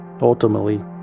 Ultimately